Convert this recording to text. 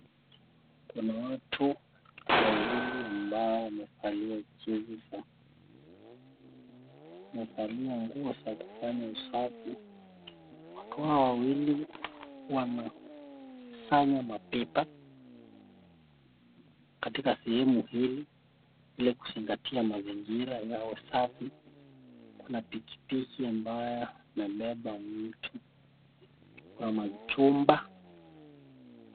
Kuna watu wawili ambao wamevalia jezi zao, wamevalia nguo za kufanya usafi , watu hawa wawili wanazisanya mapipa katika sehemu hili ili kuzingatia mazingira yawe safi, kuna pikipiki ambayo imebeba mtu, kuna majumba.